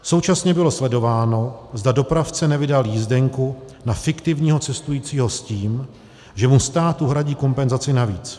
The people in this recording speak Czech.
Současně bylo sledováno, zda dopravce nevydal jízdenku na fiktivního cestujícího s tím, že mu stát uhradí kompenzaci navíc.